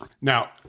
Now